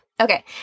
Okay